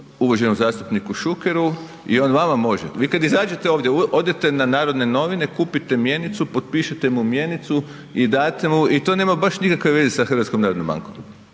uvaženom zastupniku Šukeru i on vama može. Vi kada izađete ovdje odete na Narodne novine, kupite mjenicu, potpišete mu mjenicu i date mu i to nema baš nikakve veze sa Hrvatskom narodnom bankom.